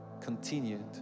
continued